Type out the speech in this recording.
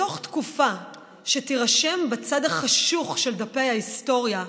בתוך תקופה שתירשם בצד החשוך של דפי ההיסטוריה,